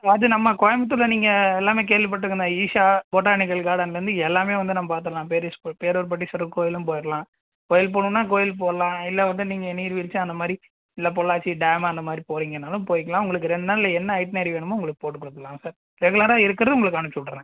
lodge நம்ம கோயம்த்தூரில் நீங்கள் எல்லாமே கேள்விப்பட்டிருக்கணும் ஈஷா பொட்டானிக்கல் கார்டன்லருந்து எல்லாமே வந்து நம் பார்த்துருலாம் பேரிஸ் பட் பேரூர் பட்டீஸ்வரர் கோயிலும் போயிடலாம் கோயில் போணுன்னால் கோயில் போகலாம் இல்ல வந்து நீங்க நீர்வீழ்ச்சி அந்த மாதிரி இல்லை பொள்ளாச்சி டேம் அந்த மாதிரி போகறீங்கனாலும் போயிக்கலாம் உங்களுக்கு ரெண்டு நாளில் என்ன ஐட்னரி வேணுமோ உங்களுக்கு போட்டு கொடுத்துடலாம் சார் ரெகுலராக இருக்கிறது உங்களுக்கு அனுப்ச்சு விட்டுறேன்